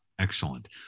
Excellent